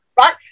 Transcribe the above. right